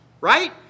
right